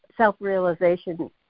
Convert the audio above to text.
Self-Realization